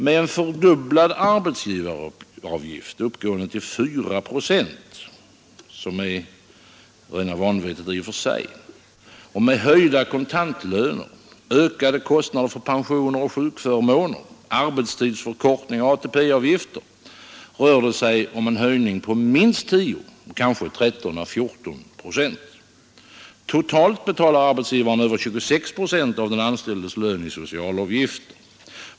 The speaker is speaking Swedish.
Med en fördubblad arbetsgivaravgift, uppgående till 4 procent — vilket i och för sig är rena vanvettet — och med höjda kontantlöner, ökade kostnader för pensioner och sjukförmåner, arbetstidsförkortning och ATP-avgifter, rör det sig om kostnadshöjningar på minst 10 — kanske 13 å 14 — procent. Totalt betalar arbetsgivaren över 26 procent av den anställdes lön i socialavgifter.